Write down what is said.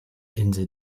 insel